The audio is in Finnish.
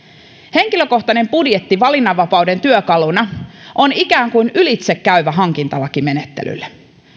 henkilökohtainen budjetti valinnanvapauden työkaluna on ikään kuin ylitsekäyvä hankintalakimenettelylle